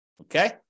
Okay